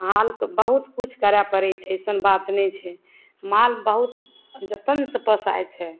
मालके बहुत किछु करए पड़ैत छै अइसन बात नहि छै माल बहुत जतनसे पोसाइत छै